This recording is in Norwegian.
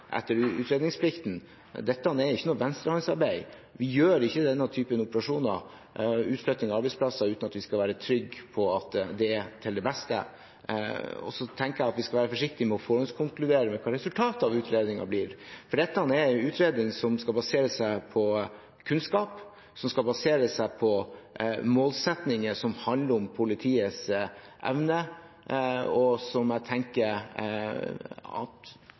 etter utredningsplikten. Dette er ikke noe venstrehåndsarbeid. Vi gjør ikke denne typen operasjoner, utflytting av arbeidsplasser, uten å være trygge på at det er til det beste. Så tenker jeg at vi skal være forsiktige med å forhåndskonkludere med hva resultatet av utredningen blir, for dette er en utredning som skal basere seg på kunnskap, som skal basere seg på målsettinger som handler om politiets evne. Og jeg tenker at